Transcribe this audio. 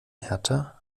hertha